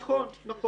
נכון, נכון.